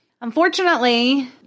Unfortunately